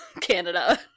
canada